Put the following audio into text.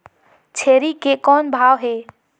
छेरी के कौन भाव हे?